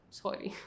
sorry